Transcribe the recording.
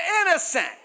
innocent